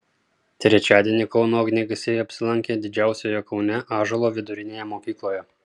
trečiadienį kauno ugniagesiai apsilankė didžiausioje kaune ąžuolo vidurinėje mokykloje